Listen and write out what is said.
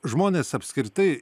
žmonės apskritai